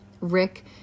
Rick